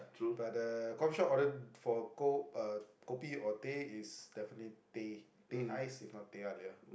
but uh coffeeshop order for ko~ uh kopi or teh is definitely teh teh ice if not teh-halia